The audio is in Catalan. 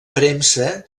premsa